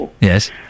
yes